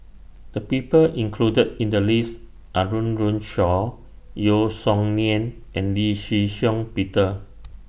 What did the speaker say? The People included in The list Are Run Run Shaw Yeo Song Nian and Lee Shih Shiong Peter